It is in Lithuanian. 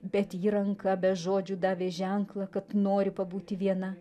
bet ji ranka be žodžių davė ženklą kad nori pabūti viena